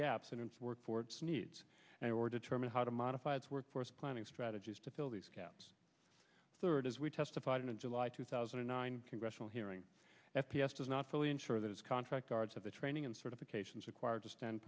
gaps in its workforce needs and or determine how to modify its workforce planning strategies to fill these caps third as we testified in july two thousand and nine congressional hearing f p s does not fully ensure that its contract guards have the training and certifications required to stand